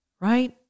right